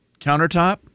countertop